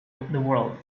world